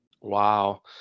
Wow